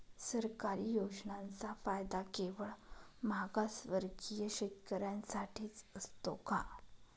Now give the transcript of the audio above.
सरकारी योजनांचा फायदा केवळ मागासवर्गीय शेतकऱ्यांसाठीच असतो का?